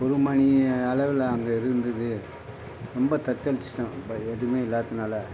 ஒரு மணி அளவில் அங்கே இருந்தது ரொம்ப தத்தளிச்சுட்டோம் அப்போ எதுவுமே இல்லாத்துனால்